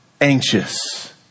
anxious